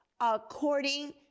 according